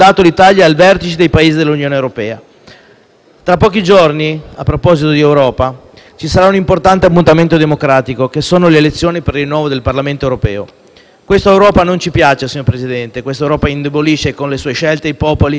Questa Europa non ci piace e indebolisce con le sue scelte i popoli e i territori. Occorre senza dubbio una rivoluzione democratica e del buon senso, che finalmente valorizzi le peculiarità dei suoi Stati membri, senza invece favorirne alcuni colpendone i più.